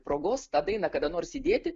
progos tą dainą kada nors įdėti